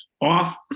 off